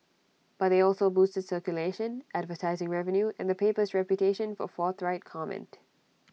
but they also boosted circulation advertising revenue and the paper's reputation for forthright comment